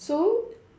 so